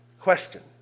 question